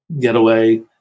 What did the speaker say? getaway